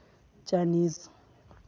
Chinese